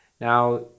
Now